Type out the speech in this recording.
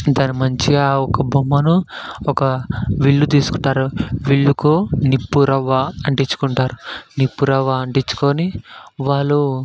దాన్ని మంచిగా ఒక బొమ్మను ఒక విల్లు తీసుకుంటారు విల్లుకు నిప్పురవ్వ అంటించుకుంటారు నిప్పురవ్వ అంటించుకుని వాళ్ళు దాన్ని